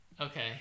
okay